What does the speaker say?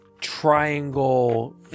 triangle